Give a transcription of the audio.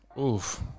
Oof